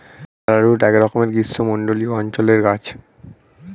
arrowroot একরকমের গ্রীষ্মমণ্ডলীয় অঞ্চলের গাছ